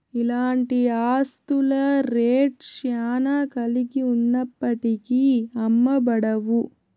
ఇలాంటి ఆస్తుల రేట్ శ్యానా కలిగి ఉన్నప్పటికీ అమ్మబడవు